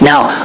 Now